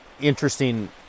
interesting